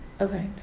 Okay